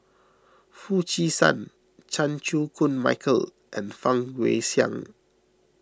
Foo Chee San Chan Chew Koon Michael and Fang Guixiang